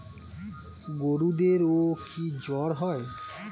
গরুদেরও কি জ্বর হয়?